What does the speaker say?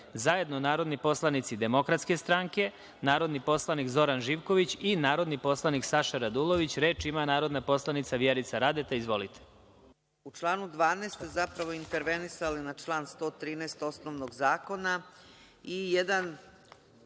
zajedno narodni poslanici Demokratske strane, narodni poslanik Zoran Živković i narodni poslanik Saša Radulović. Reč ima narodna poslanica Vjerica Radeta. Izvolite. **Vjerica Radeta** U članu 12. smo zapravo intervenisali na član 113. osnovnog zakona i jedan,